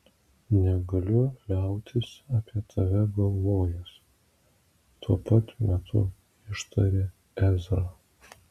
negaliu liautis apie tave galvojęs tuo pat metu ištarė ezra